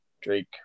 Drake